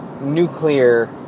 nuclear